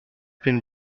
been